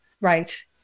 Right